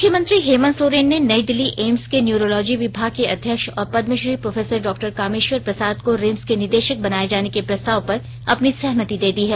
मुख्यमंत्री हेमंत सोरेन ने नई दिल्ली एम्स के न्यूरोलॉजी विभाग के अध्यक्ष और पद्मश्री प्रोफेसर डॉ कामेश्वर प्रसाद को रिम्स के निदेशक बनाए जाने के प्रस्ताव पर अपनी सहमति दे दी है